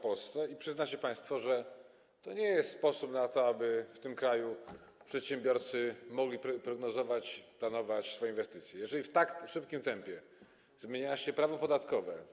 Przyznacie państwo, że nie jest to sposób na to, aby w tym kraju przedsiębiorcy mogli prognozować, planować swoje inwestycje, jeżeli w tak szybkim tempie zmienia się prawo podatkowe.